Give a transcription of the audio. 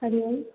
हरिः ओम्